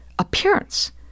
Appearance